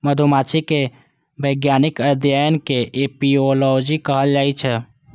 मधुमाछी के वैज्ञानिक अध्ययन कें एपिओलॉजी कहल जाइ छै